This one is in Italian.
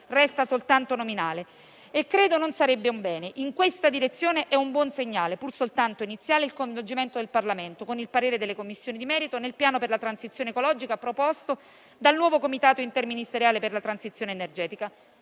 resta soltanto nominale e credo non sarebbe un bene. In questa direzione è un buon segnale, pur soltanto iniziale, il coinvolgimento del Parlamento, con il parere delle Commissioni di merito, nel piano per la transizione ecologica proposto dal nuovo Comitato interministeriale per la transizione energetica.